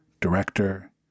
director